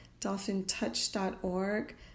dolphintouch.org